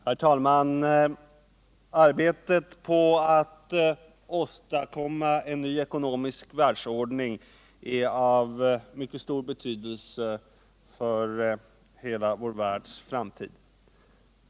Herr talman! Arbetet på att åstadkomma en ny ekonomisk världsordning är av mycket stor betydelse för hela vår världs framtid.